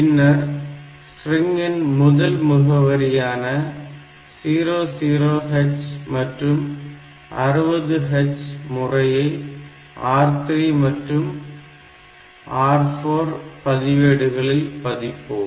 பின்னர் ஸ்ட்ரிங்கின் முதல் முகவரியான 00H மற்றும் 60H முறையே R3 மற்றும் R4 பதிவேடுகளில் பதிப்போம்